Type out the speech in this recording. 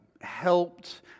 helped